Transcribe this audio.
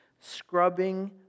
scrubbing